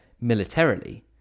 militarily